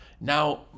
Now